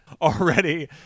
already